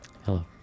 Hello